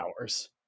hours